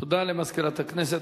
תודה למזכירת הכנסת.